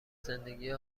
زندگی